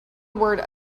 word